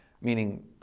meaning